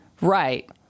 Right